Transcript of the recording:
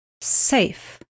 safe